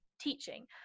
teaching